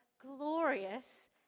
glorious